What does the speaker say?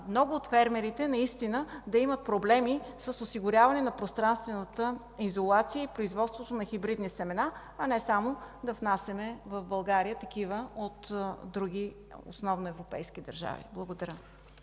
много от фермерите да имат проблеми с осигуряване на пространствената изолация и производството на хибридни семена, а не само да внасяме в България такива от други, основно европейски държави. Благодаря.